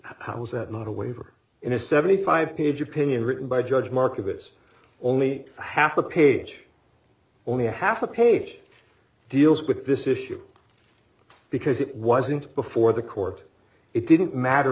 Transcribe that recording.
how is that not a waiver in a seventy five page opinion written by judge markets only half a page only a half a page deals with this issue because it wasn't before the court it didn't matter